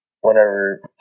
Whenever